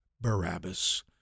Barabbas